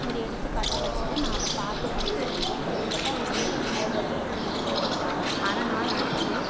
ஒரு எடுத்துக்காட்டாக வச்சுட்டு நான் அதை பார்த்து பார்த்து செஞ்சேன் கிட்டத்தட்ட அதை செஞ்சு முடிக்கிறதுக்கு எனக்கு வந்து அரை நாள் ஆகிச்சி